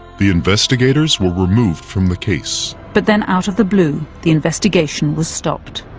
the investigators were removed from the case. but then, out of the blue, the investigation was stopped.